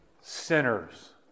sinners